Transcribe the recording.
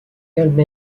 comme